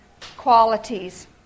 qualities